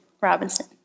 Robinson